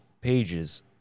pages